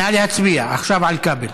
נא להצביע עכשיו על כבל.